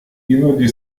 іноді